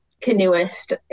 canoeist